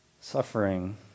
Suffering